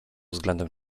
względem